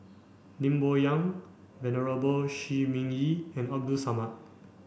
Lim Bo Yam Venerable Shi Ming Yi and Abdul Samad